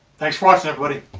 thanks for watching everybody